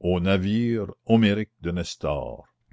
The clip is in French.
au navire homérique de